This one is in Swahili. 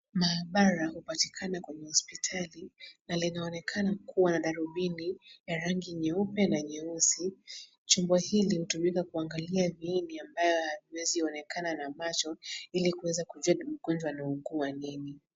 Maabara hupatikana kwenye hospitali na linaonekana kuwa na darubini ya rangi nyeupe na nyeusi. Chombo hili hutumika kuangalia viini ambavyo haviwezi onekana na macho ili kuweza kujua mgonjwa anaugua nini.